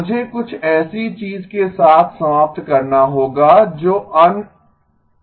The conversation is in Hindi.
मुझे कुछ ऐसी चीज के साथ समाप्त करना होगा जो अनस्टेबिल है